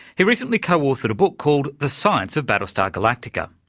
he recently co-authored a book called the science of battlestar galactica.